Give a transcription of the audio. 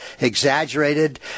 exaggerated